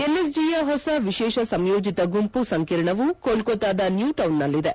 ಎನ್ಎಸ್ಜಿಯ ಹೊಸ ವಿಶೇಷ ಸಂಯೋಜಿತ ಗುಂಪು ಸಂಕೀರ್ಣವು ಕೋಲ್ಕೊತಾದ ನ್ಕೂ ಟೌನ್ನಲ್ಲಿದೆ